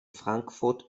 frankfurt